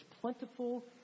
plentiful